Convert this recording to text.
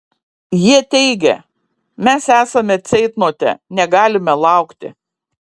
jie teigia mes esame ceitnote negalime laukti